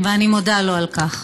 כן, ואני מודה לו על כך.